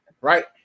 right